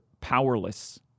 powerless